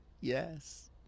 Yes